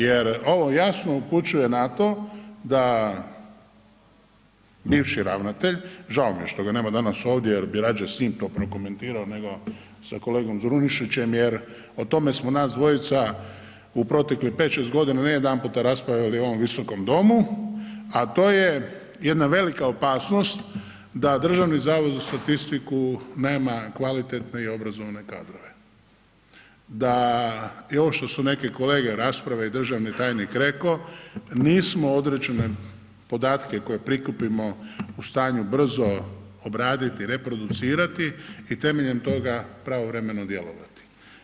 Jer ovo jasno upućuje na to da bivši ravnatelj, žao mi je što ga nema danas ovdje jer bih radije s njim to prokomentirao nego sa kolegom Zrinušićem, jer o tome smo nas dvojca u proteklih 5, 6 godina ne jedanputa raspravljali u ovom Visokom domu a to je jedna velika opasnost da Državni zavod za statistiku nema kvalitetne i obrazovne kadrove, da i ovo što su neki kolege u raspravi i državni tajnik rekao nismo određene podatke koje prikupimo u stanju brzo obraditi i reproducirati i temeljem toga pravovremeno djelovati.